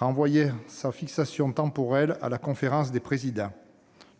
renvoyant sa fixation « temporelle » à la conférence des présidents.